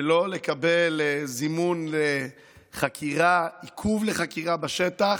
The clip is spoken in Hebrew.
ולא לקבל זימון לחקירה, עיכוב לחקירה בשטח.